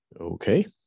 Okay